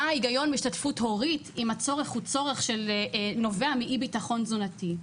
מה ההיגיון בהשתתפות הורית אם הצורך נובע מאי-ביטחון תזונתי?